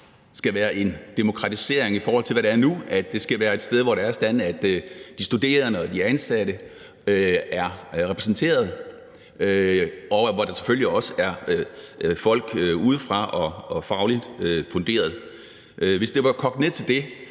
skal være en demokratisk, i forhold til hvad det er nu, at det skal være et sted, hvor de studerende og de ansatte er repræsenteret, og hvor der selvfølgelig også er folk udefra og det er fagligt funderet, så ville jeg sige, at det